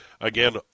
again